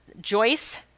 Joyce